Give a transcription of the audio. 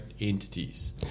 entities